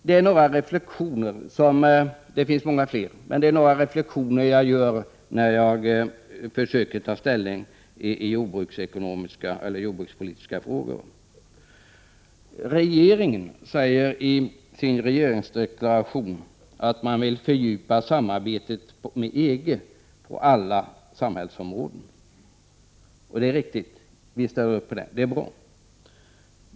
Det är några av de reflektioner jag gör — det finns många fler — när jag försöker ta ställning till jordbrukspolitiska frågor. Regeringen säger i sin regeringsdeklaration att man vill fördjupa samarbetet med EG på alla samhällsområden. Det är bra. Vi ställer upp på det.